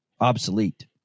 obsolete